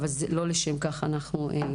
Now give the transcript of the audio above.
אבל לא לשם כך התכנסנו.